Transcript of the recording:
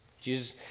Jesus